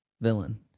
Villain